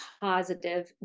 positive